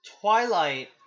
twilight